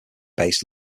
based